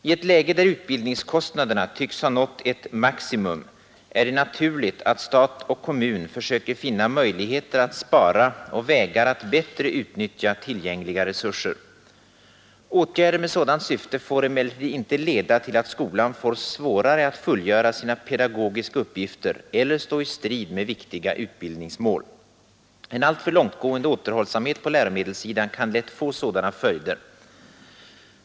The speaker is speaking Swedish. I ett läge där utbildningskostnaderna tycks ha nått ett maximum är det naturligt att stat och kommun försöker finna möjligheter att spara och vägar att bättre 'utnyttja tillgängliga resurser. Åtgärder med sådant syfte får emellertid inte leda till att skolan får svårare att fullgöra sina pedagogiska uppgifter eller stå i strid med viktiga utbildningsmål. En alltför långtgående återhållsamhet på läromedelssidan kan lätt få sådana följder.